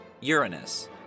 Uranus